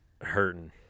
hurting